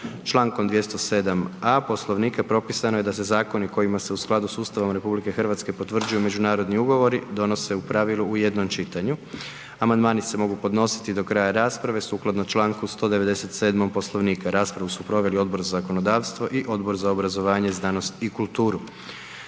Čl. 207a. Poslovnika propisano je da se zakoni kojima se u skladu s Ustavom RH potvrđuju međunarodni ugovori, donose u pravilu u jednom čitanju. Amandmani se mogu podnositi do kraja rasprave sukladno čl. 197. Poslovnika. Raspravu su proveli Odbor za zakonodavstvo i Odbor za obrazovanje, znanost i kulturu.